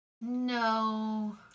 No